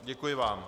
Děkuji vám.